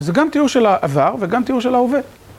זה גם תיאור של העבר וגם תיאור של ההווה.